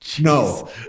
No